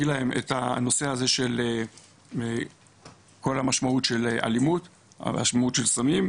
להם את כל המשמעות של אלימות והמשמעות של סמים,